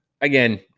again